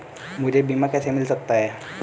मुझे बीमा कैसे मिल सकता है?